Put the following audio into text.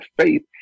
faith